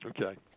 Okay